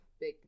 big